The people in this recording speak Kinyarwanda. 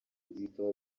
bikaba